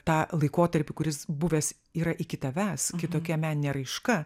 tą laikotarpį kuris buvęs yra iki tavęs kitokia meninė raiška